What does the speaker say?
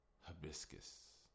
Hibiscus